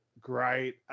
great